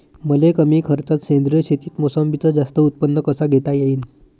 मले कमी खर्चात सेंद्रीय शेतीत मोसंबीचं जास्त उत्पन्न कस घेता येईन?